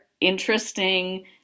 interesting